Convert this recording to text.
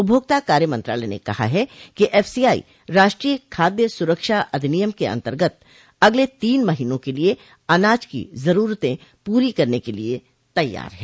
उपभोक्ता कार्य मंत्रालय ने कहा है कि एफसीआई राष्ट्रीय खाद्य सुरक्षा अधिनियम के अंतर्गत अगले तीन महीनों के लिए अनाज की जरूरतें पूरी करने के लिए तैयार है